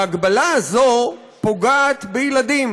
ההגבלה הזאת פוגעת בילדים,